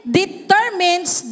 determines